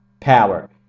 power